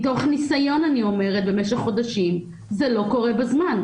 מתוך אני ניסיון במשך חודשים אני אומרת שזה לא קורה בזמן.